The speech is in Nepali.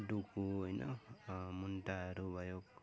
डुकू होइन मुन्टाहरू भयो